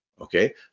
okay